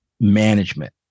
management